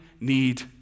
need